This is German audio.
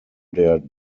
der